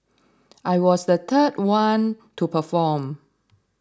I was the third one to perform